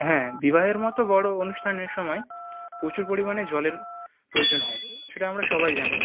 হ্যাঁ বিবাহের মতো বড়ো অনুষ্ঠানের সময় প্রচুর পরিমাণে জলের প্রয়োজন হয় সেটা আমরা সবাই জানি